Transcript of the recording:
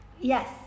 Yes